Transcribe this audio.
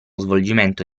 svolgimento